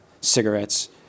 cigarettes